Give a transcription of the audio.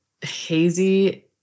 hazy